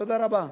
תודה רבה.